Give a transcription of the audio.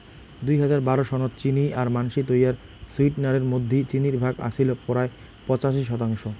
দুই হাজার বারো সনত চিনি আর মানষি তৈয়ার সুইটনারের মধ্যি চিনির ভাগ আছিল পরায় পঁচাশি শতাংশ